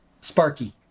Sparky